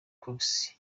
cox